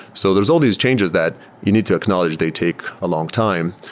so there's all these changes that you need to acknowledge they take a long time.